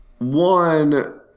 One